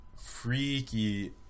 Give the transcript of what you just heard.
freaky